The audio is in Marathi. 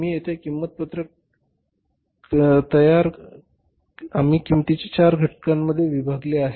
आणि येथे किंमत पत्रक कारण आम्ही किंमतीच्या चार घटकांमध्ये विभागले आहे